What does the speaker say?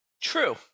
True